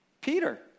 Peter